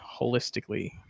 holistically